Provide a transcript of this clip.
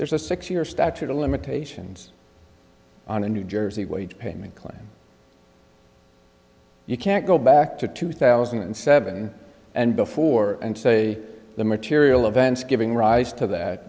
there's a six year statute of limitations on a new jersey wage payment claim you can't go back to two thousand and seven and before and say the material events giving rise to that